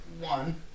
One